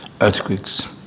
earthquakes